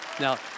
Now